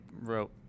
wrote